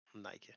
Nike